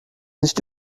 nicht